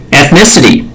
ethnicity